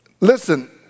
Listen